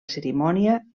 cerimònia